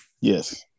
Yes